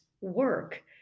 work